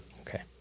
okay